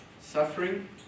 suffering